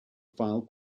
file